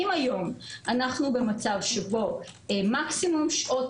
אם היום אנחנו במצב שבו מקסימום שעות